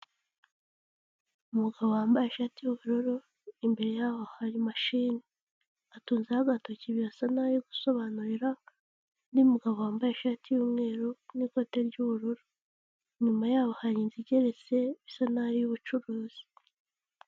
Umugabo wambaye ishati y'ubururu, imbere yaho hari mashine. Atunzeho agatoki birasa nkaho ari gusobanurira undi mugabo wambaye ishati y'umweru n'ikote ry'ubururu. Inyuma yaho hari inzu igeretse bisa naho ari iy'ubucuruzi.